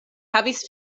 havis